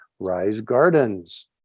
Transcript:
risegardens